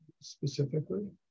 specifically